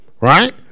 right